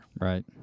Right